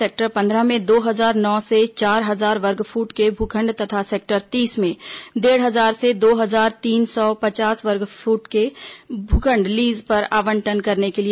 sector पंद्रह में दो हजार नौ से चार हजार वर्गफीट के भूखंड तथा सेक्टर तीस में डेढ़ हजार से दो हजार तीन सौ पचास वर्गफीट के भूखंड लीज पर आवंटन के लिए निविदा जारी की गई है